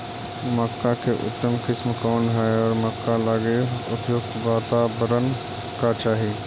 मक्का की उतम किस्म कौन है और मक्का लागि उपयुक्त बाताबरण का चाही?